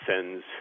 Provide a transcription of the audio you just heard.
sends